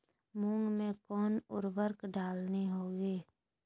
मूंग में कौन उर्वरक डालनी होगी?